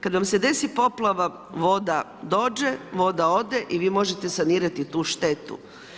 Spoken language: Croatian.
Kada vam se desi poplava, voda dođe, voda ode i vi možete sanirati tu štetu.